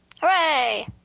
Hooray